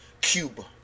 Cuba